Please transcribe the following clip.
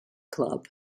club